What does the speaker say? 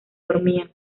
dormían